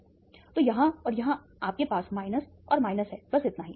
तो यहाँ और यहाँ आपके पास माइनस और माइनस है बस इतना ही